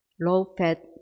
low-fat